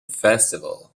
festival